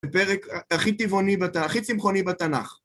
בפרק הכי טבעוני, הכי צמחוני בתנ״ך.